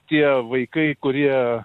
tie vaikai kurie